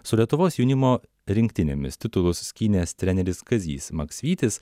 su lietuvos jaunimo rinktinėmis titulus skynęs treneris kazys maksvytis